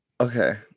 Okay